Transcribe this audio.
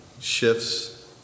shifts